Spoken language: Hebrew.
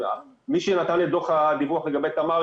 מי שנתן את דוח הדיווח לגבי לתמר,